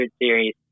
series